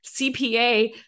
CPA